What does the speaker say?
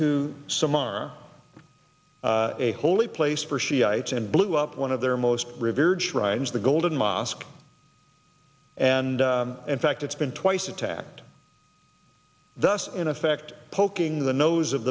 to some arm a holy place for shiites and blew up one of their most revered shrines the golden mosque and in fact it's been twice attacked thus in effect poking the nose of